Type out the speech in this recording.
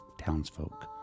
townsfolk